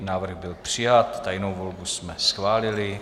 Návrh byl přijat, tajnou volbu jsme schválili.